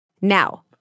Now